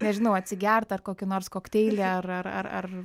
nežinau atsigert ar kokį nors kokteilį ar ar ar ar